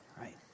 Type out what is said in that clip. right